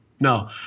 No